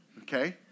Okay